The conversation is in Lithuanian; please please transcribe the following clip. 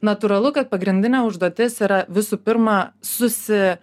natūralu kad pagrindinė užduotis yra visų pirma susi